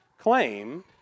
claim